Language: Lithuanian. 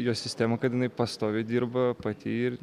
jos sistemą kad jinai pastoviai dirba pati ir